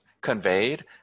conveyed